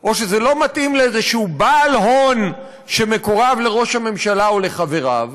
או שזה לא מתאים לאיזשהו בעל הון שמקורב לראש הממשלה או לחבריו,